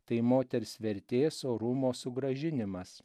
tai moters vertės orumo sugrąžinimas